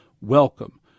Welcome